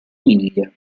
miglia